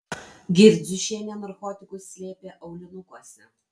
girdziušienė narkotikus slėpė aulinukuose